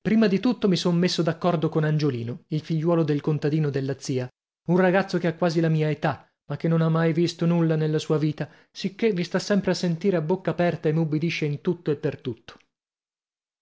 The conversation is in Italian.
prima di tutto mi son messo d'accordo con angiolino il figliuolo del contadino della zia un ragazzo che ha quasi la mia età ma che non ha mai visto nulla nella sua vita sicché mi sta sempre a sentire a bocca aperta e m'ubbidisce in tutto e per tutto